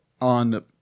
on